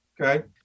Okay